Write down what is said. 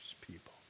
people